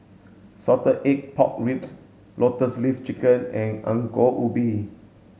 salted egg pork ribs lotus leaf chicken and Ongol Ubi